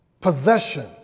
possession